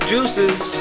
Juices